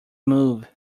move